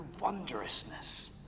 wondrousness